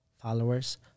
followers